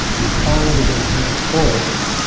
you find it in here first,